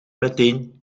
meteen